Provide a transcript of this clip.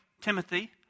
Timothy